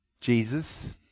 Jesus